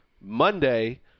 Monday